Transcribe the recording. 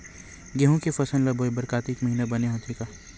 गेहूं के फसल ल बोय बर कातिक महिना बने रहि का?